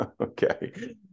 Okay